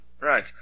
Right